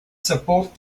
support